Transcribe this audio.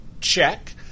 Check